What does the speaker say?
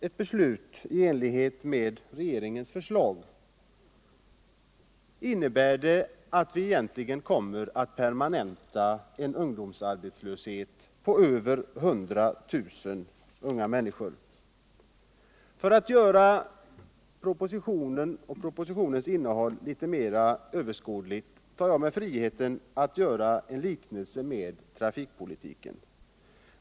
Ett beslut i enlighet med regeringens förslag innebär att vi egentligen kommer att permanenta en ungdomsarbetslöshet på över 100 000 unga människor. För att göra propositionens innehåll litet mer överskådligt tar jag mig friheten att göra en liknelse med trafikpolitiken.